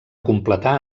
completar